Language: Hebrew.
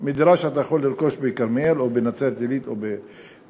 ממחיר דירה שאתה יכול לרכוש בכרמיאל או בנצרת-עילית או במעלות-תרשיחא.